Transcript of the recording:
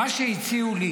מה שהציעו לי